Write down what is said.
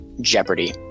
Jeopardy